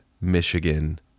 Michigan